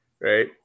right